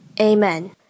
Amen